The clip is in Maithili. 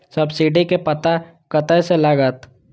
सब्सीडी के पता कतय से लागत?